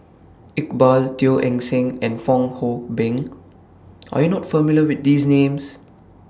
Iqbal Teo Eng Seng and Fong Hoe Beng Are YOU not familiar with These Names